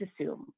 assume